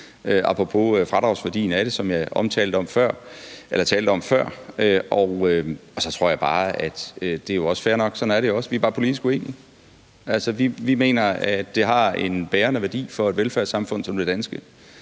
apropos fradragsværdien af det, som jeg talte om før. Og så tror jeg bare – det er også fair nok, og sådan er det jo også – at vi er politisk uenige. Altså, vi mener, det har en bærende værdi for et velfærdssamfund som det danske,